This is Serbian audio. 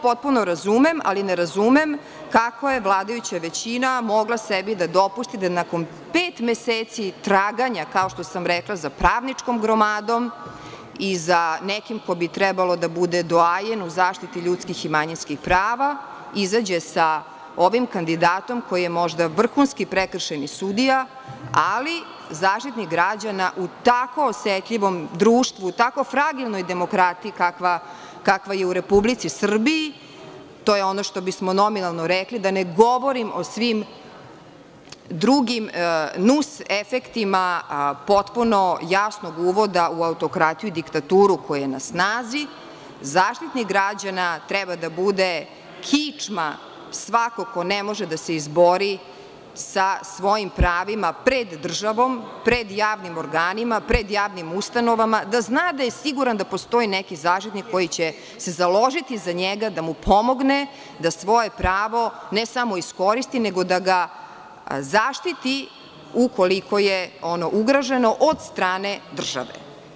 Potpuno to razumem, ali ne razumem kako je vladajuća većina mogla sebi da dopusti da nakon pet meseci traganja, kao što sam rekla, za pravničkom gromadom i za nekim ko bi trebalo da bude doajen u zaštiti ljudskih i manjinskih prava izađe sa ovim kandidatom, koji je možda vrhunski prekršajni sudija, ali zaštitnik građana u tako osetljivom društvu, u tako fragilnoj demokratiji kakva je u Republici Srbiji, to je ono što bismo nominalno rekli, da ne govorim o svim drugim nus-efektima, potpuno jasnog uvoda u autokratiju i diktaturu koja je na snazi, Zaštitnik građana treba da bude kičma svakog ko ne može da se izbori sa svojim pravima pred državom, pred javnim organima, pred javnim ustanovama, da zna da je siguran da postoji neki zaštitnik koji će se založiti za njega da mu pomogne da svoje pravo ne samo iskoristi, nego da ga zaštiti, ukoliko je ono ugroženo od strane države.